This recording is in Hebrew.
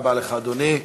תודה רבה לך, אדוני.